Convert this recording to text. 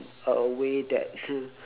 a way that